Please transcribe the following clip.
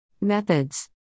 Methods